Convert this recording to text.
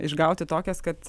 išgauti tokias kad